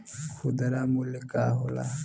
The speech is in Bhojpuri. खुदरा मूल्य का होला?